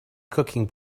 cooking